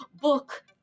book